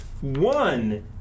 one